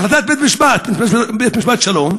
החלטת בית-משפט השלום,